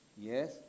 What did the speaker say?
Yes